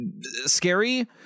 scary